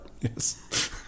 Yes